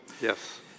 Yes